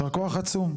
ישר כוח עצום.